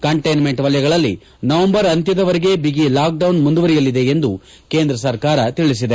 containment ವಲಯಗಳಲ್ಲಿ November ಅಂತ್ಯದವರೆಗೆ ಬಿಗಿ ಲಾಕ್ಡೌನ್ ಮುಂದುವರೆಯಲಿದೆ ಎಂದು ಕೇಂದ್ರ ಸರ್ಕಾರ ತಿಳಿಸಿದೆ